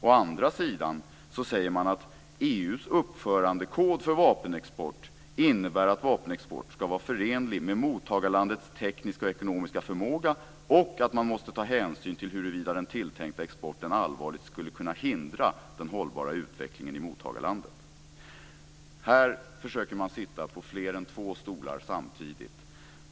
Å andra sidan säger man att EU:s uppförandekod för vapenexport innebär att vapenexport ska vara förenlig med mottagarlandets tekniska och ekonomiska förmåga och att man måste ta hänsyn till huruvida den tilltänkta exporten allvarligt skulle kunna hindra den hållbara utvecklingen i mottagarlandet. Här försöker man sitta på fler än två stolar samtidigt.